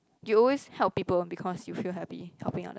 you always help people because you feel happy helping other